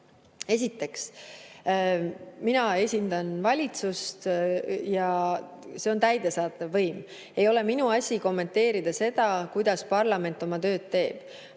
Esiteks, mina esindan valitsust ja see on täidesaatev võim. Ei ole minu asi kommenteerida seda, kuidas parlament oma tööd teeb.